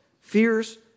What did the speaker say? Fears